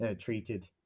treated